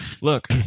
Look